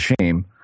shame